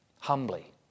humbly